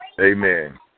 Amen